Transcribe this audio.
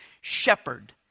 shepherd